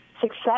success